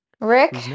Rick